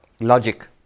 logic